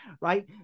right